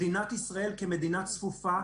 מדינת ישראל כמדינה צפופה,